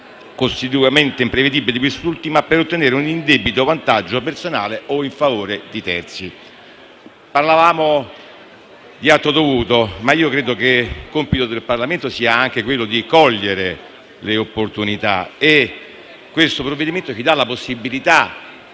costitutivamente imprevedibile di quest'ultima per ottenere un indebito vantaggio personale o in favore di terzi. Parlavamo di atto dovuto, ma credo che compito del Parlamento sia anche cogliere le opportunità. Il provvedimento in esame consente